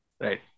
Right